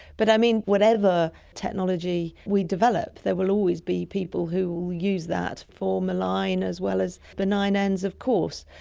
but, i mean, whatever technology we develop there will always be people who will use that to form a line, as well as benign ends of course.